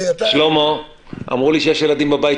'בכפוף